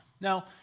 Now